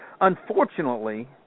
Unfortunately